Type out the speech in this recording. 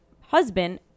husband